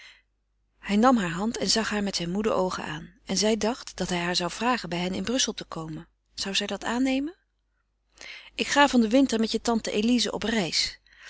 hij nam hare hand en zag haar met zijn moede oogen aan en zij dacht dat hij haar zou vragen bij hen in brussel te komen zou zij dat aannemen ik ga van den winter met je tante elize op reis